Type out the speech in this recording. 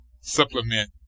supplement